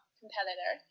competitor